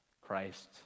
Christ